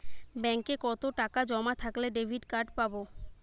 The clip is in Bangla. ব্যাঙ্কে কতটাকা জমা থাকলে ডেবিটকার্ড পাব?